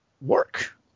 work